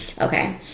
okay